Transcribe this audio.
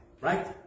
Right